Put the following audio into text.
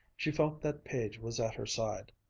she felt that page was at her side.